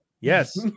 Yes